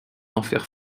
enfers